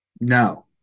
No